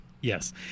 Yes